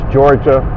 Georgia